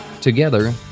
Together